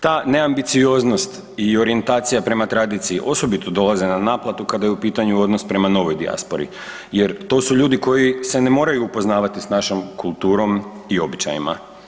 Ta neambicioznost i orijentacija prema tradiciji, osobito dolaze na naplatu kada je u pitanju odnos prema novoj dijaspori jer to su ljudi koji se ne moraju upoznavati s našom kulturom i običajima.